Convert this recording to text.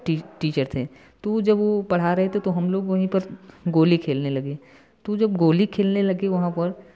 T teacher थे तो वो जब वो पढ़ा रहे थे तो हम लोग वहीं पर गोली खेलने लगे तो जब गोली खेलने लगे वहाँ पर